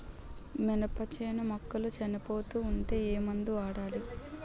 మినప చేను మొక్కలు చనిపోతూ ఉంటే ఏమందు వాడాలి?